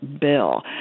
bill